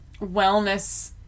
wellness